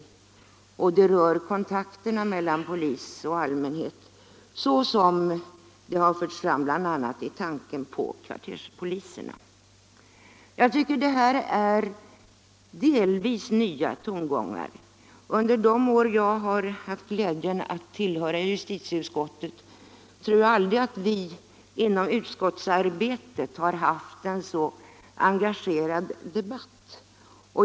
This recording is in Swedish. En del motioner tar också upp frågan om kontakten mellan polis och allmänhet, bl.a. genom kvarterspoliser. Jag tycker att detta är delvis nya tongångar. Jag tror att vi aldrig tidigare under de år jag haft glädjen att tillhöra justitieutskottet haft en så engagerad debatt.